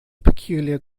peculiar